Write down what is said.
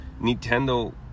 nintendo